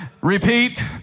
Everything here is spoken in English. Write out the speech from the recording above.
Repeat